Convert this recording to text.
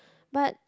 but